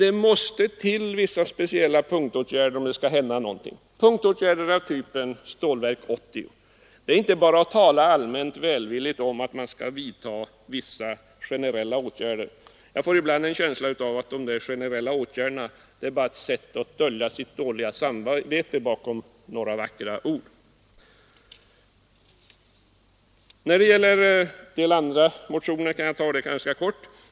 Det är dock nödvändigt med vissa speciella punktåtgärder, om det skall hända någonting, punktåtgärder av typen uppförande av Stålverk 80, men inte allmänt välvilligt tal om vissa generella åtgärder. Jag får ibland en känsla av att talet om de generella åtgärderna bara är ett sätt att dölja ett dåligt samvete bakom vackra ord. När det gäller en del andra motioner kan jag fatta mig ganska kort.